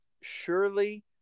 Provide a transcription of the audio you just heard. Surely